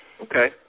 Okay